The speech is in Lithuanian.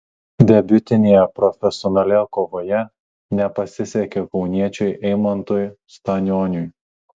debiutinėje profesionalioje kovoje nepasisekė kauniečiui eimantui stanioniui